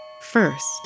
First